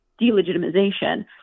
delegitimization